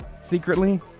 secretly